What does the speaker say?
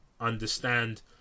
understand